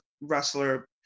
wrestler